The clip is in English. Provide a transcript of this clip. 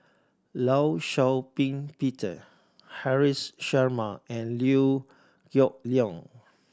Law Shau Ping Peter Haresh Sharma and Liew Geok Leong